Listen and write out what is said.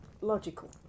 logical